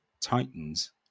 Titans